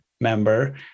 member